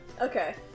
Okay